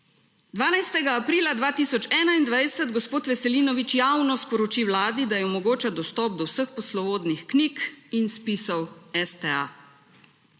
12. aprila 2021 gospod Veselinovič javno sporoči vladi, da ji omogoča dostop do vseh poslovodnih knjig in spisov STA.